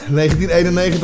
1991